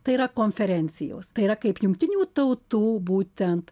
tai yra konferencijos tai yra kaip jungtinių tautų būtent